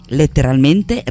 letteralmente